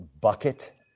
bucket